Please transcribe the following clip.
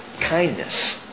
kindness